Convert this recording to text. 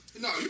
No